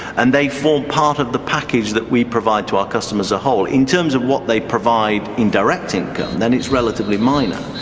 and they form part of the package that we provide to our customers as a whole. in terms of what they provide in direct income then it's relatively minor,